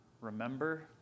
remember